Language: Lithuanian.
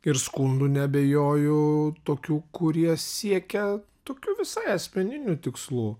ir skundų neabejoju tokių kurie siekia tokių visai asmeninių tikslų